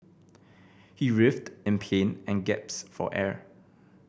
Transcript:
he writhed in pain and for air